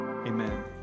Amen